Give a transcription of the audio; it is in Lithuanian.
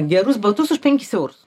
gerus batus už penkis eurus